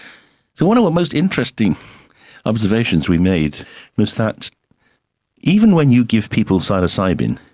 so one of the most interesting observations we made was that even when you give people psilocybin